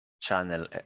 channel